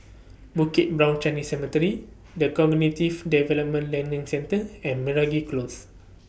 Bukit Brown Chinese Cemetery The Cognitive Development Learning Centre and Meragi Close